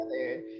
together